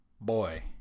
boy